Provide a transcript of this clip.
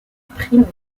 primes